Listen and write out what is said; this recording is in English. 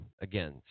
Again